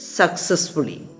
successfully